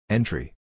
Entry